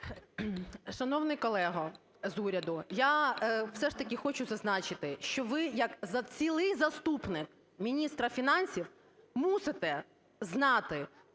Шановний колего з уряду, я все ж таки хочу зазначити, що ви як цілий заступник міністра фінансів мусите знати,